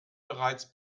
bereits